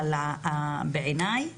אבל בעיניי